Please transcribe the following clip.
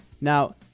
Now